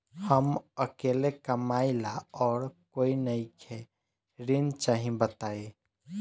हम अकेले कमाई ला और कोई नइखे ऋण चाही बताई?